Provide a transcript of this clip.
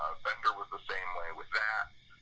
ah i ibender was the same way i iwith that.